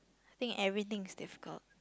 think everything is difficult